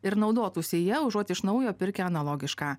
ir naudotųsi ja užuot iš naujo pirkę analogišką